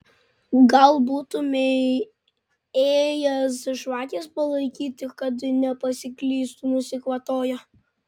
gal būtumei ėjęs žvakės palaikyti kad nepasiklystų nusikvatojo